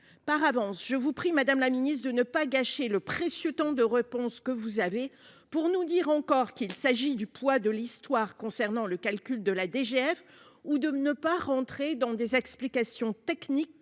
par avance, je vous prie, madame la Ministre, de ne pas gâcher le précieux temps de réponse que vous avez pour nous dire encore qu'il s'agit du poids de l'histoire concernant le calcul de la DGF ou de ne pas rentrer dans des explications techniques